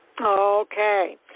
Okay